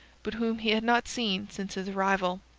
but whom he had not seen since his arrival.